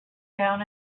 down